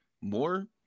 more